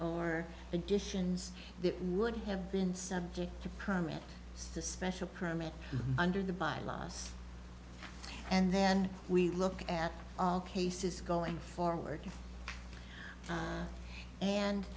or additions that would have been subject to permit the special permit under the bylaws and then we look at all cases going forward